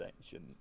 section